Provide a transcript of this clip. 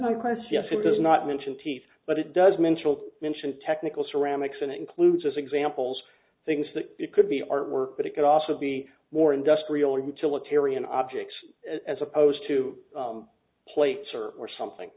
class yes it does not mention teeth but it does mental mention of technical ceramics and includes as examples things that it could be artwork but it could also be more industrial utilitarian objects as opposed to plates or or something